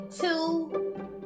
two